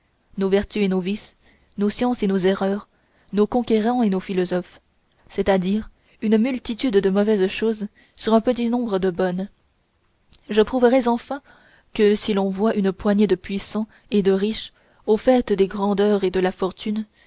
nos vertus et nos vices nos sciences et nos erreurs nos conquérants et nos philosophes c'est-à-dire une multitude de mauvaises choses sur un petit nombre de bonnes je prouverais enfin que si l'on voit une poignée de puissants et de riches au faîte des grandeurs et de la fortune